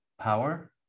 Power